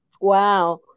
Wow